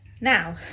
Now